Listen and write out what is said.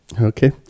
okay